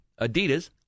Adidas